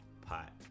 pot